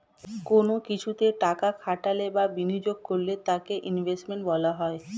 কোন কিছুতে টাকা খাটালে বা বিনিয়োগ করলে তাকে ইনভেস্টমেন্ট বলা হয়